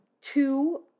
two